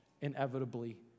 inevitably